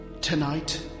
Tonight